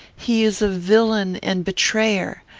he is a villain and betrayer.